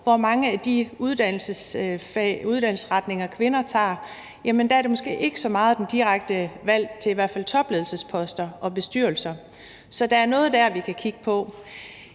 med mange af de uddannelsesretninger, kvinder tager, er sådan, at det måske ikke så meget er den direkte vej til topledelsesposter og bestyrelser. Så der er noget dér, vi kan kigge på.